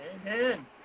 Amen